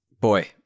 boy